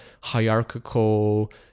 hierarchical